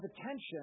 attention